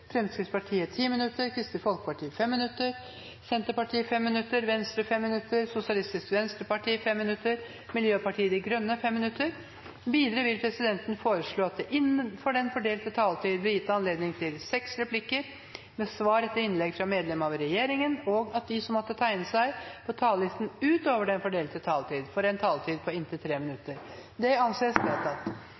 Fremskrittspartiet 15 minutter, Kristelig Folkeparti 5 minutter, Senterpartiet 5 minutter, Venstre 5 minutter, Sosialistisk Venstreparti 5 minutter og Miljøpartiet De Grønne 5 minutter. Videre vil presidenten foreslå at det blir gitt anledning til seks replikker med svar etter innlegg fra medlem av regjeringen innenfor den fordelte taletid, og at de som måtte tegne seg på talerlisten utover den fordelte taletid, får en taletid på inntil 3 minutter. – Det anses vedtatt.